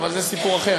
אבל זה סיפור אחר.